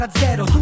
zero